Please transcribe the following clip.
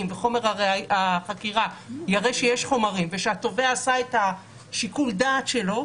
וחומר החקירה יראה שיש חומרים ושהתובע עשה את שיקול הדעת שלו.